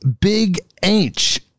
BIG-H